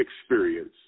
experience